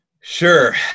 Sure